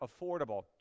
affordable